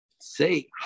Say